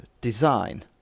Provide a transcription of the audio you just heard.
design